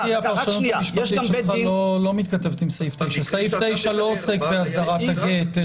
הפרשנות המשפטית שלך לא מתכתבת עם סעיף 9. סעיף 9 לא עוסק בהסדרת הגט,